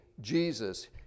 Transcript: Jesus